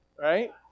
right